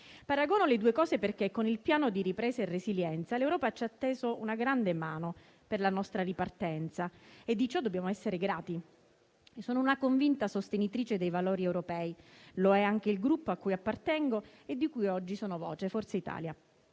Paragono le due cose perché, con il Piano nazionale di ripresa e resilienza l'Europa ci ha teso una grande mano per la ripartenza, e di ciò dobbiamo essere grati. Sono una convinta sostenitrice dei valori europei; lo è anche il Gruppo a cui appartengo e di cui oggi sono voce: Forza Italia.